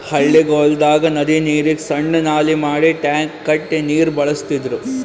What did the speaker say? ಹಳ್ಳಿಗೊಳ್ದಾಗ್ ನದಿ ನೀರಿಗ್ ಸಣ್ಣು ನಾಲಿ ಮಾಡಿ ಟ್ಯಾಂಕ್ ಕಟ್ಟಿ ನೀರ್ ಬಳಸ್ತಿದ್ರು